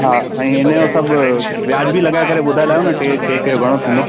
हा ऐं हिनजो सभु वाजिबी लॻाए करे ॿुधायो न टे केक जो घणो थींदो